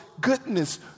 goodness